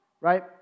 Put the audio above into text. right